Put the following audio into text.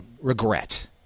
regret